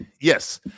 Yes